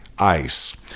ice